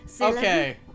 Okay